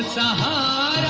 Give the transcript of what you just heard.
da